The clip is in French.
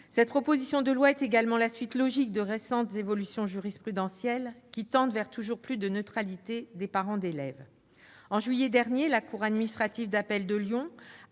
Cette proposition de loi est également la suite logique des récentes évolutions jurisprudentielles, qui tendent vers toujours plus de neutralité des parents d'élèves. En juillet dernier, la cour administrative d'appel de Lyon